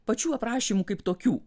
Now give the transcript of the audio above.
pačių aprašymų kaip tokių